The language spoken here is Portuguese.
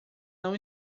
não